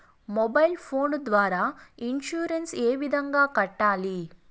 mobile phone ద్వారా insurance ఏ విధంగా కట్టాలి